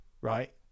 right